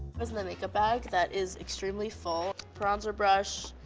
this is my makeup bag that is extremely full. bronzer brush.